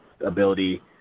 ability